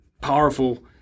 powerful